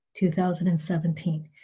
2017